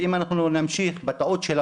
אבן סנאן, בית ג'ן, ג'וליס וסאג'ור.